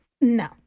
no